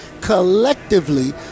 collectively